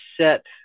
set